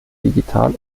digital